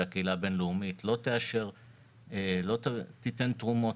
והקהילה הבין לאומית לא תאשר ולא תיתן תרומות